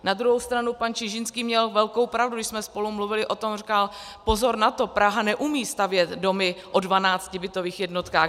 Na druhou stranu pan Čižinský měl velkou pravdu, když jsme spolu o tom mluvili, a on říká: Pozor na to, Praha neumí stavět domy o 12 bytových jednotkách.